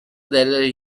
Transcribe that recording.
del